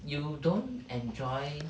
you don't enjoy